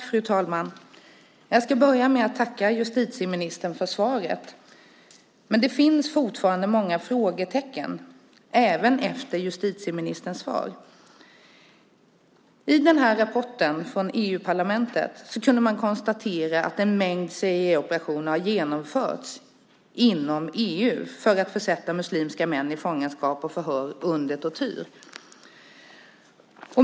Fru talman! Jag ska börja med att tacka justitieministern för svaret. Men det finns fortfarande många frågetecken även efter justitieministerns svar. I den här rapporten från EU-parlamentet kunde man konstatera att en mängd CIA-operationer har genomförts inom EU för att försätta muslimska människor i fångenskap och förhör under tortyr.